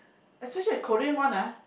especially the Korean one ah